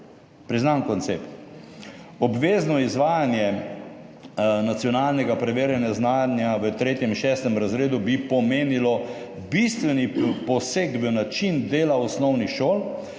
priznan koncept. Obvezno izvajanje nacionalnega preverjanja znanja v 3. in 6. razredu bi pomenilo bistven poseg v način dela osnovnih šol,